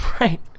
Right